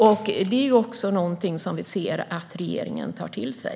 Och vi ser att regeringen tar det till sig.